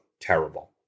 terrible